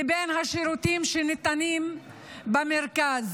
לבין השירותים שניתנים במרכז.